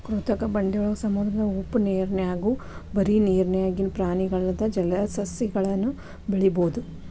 ಕೃತಕ ಬಂಡೆಯೊಳಗ, ಸಮುದ್ರದ ಉಪ್ಪನೇರ್ನ್ಯಾಗು ಬರಿ ನೇರಿನ್ಯಾಗಿನ ಪ್ರಾಣಿಗಲ್ಲದ ಜಲಸಸಿಗಳನ್ನು ಬೆಳಿಬೊದು